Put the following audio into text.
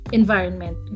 environment